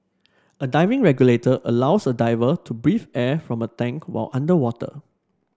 a diving regulator allows a diver to breathe air from a tank while underwater